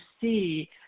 see